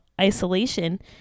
isolation